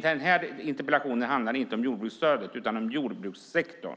den här interpellationen handlar inte om jordbruksstödet utan om jordbrukssektorn.